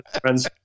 friends